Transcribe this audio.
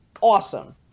Awesome